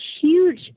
huge